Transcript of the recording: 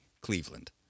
Cleveland